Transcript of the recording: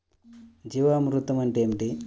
జీవామృతం అంటే ఏమిటి?